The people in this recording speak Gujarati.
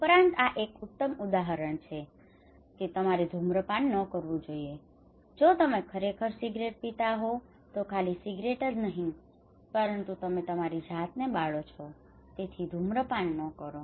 ઉપરાંત આ એક ઉત્તમ ઉદાહરણ છે કે તમારે ધૂમ્રપાન ન કરવું જોઈએ જો તમે ખરેખર સિગારેટ પીતા હોવ તો ખાલી સિગારેટ જ નહીં પરંતુ તમે તમારી જાતને જ બાળી રહ્યા છો તેથી ધૂમ્રપાન ન કરો